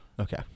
okay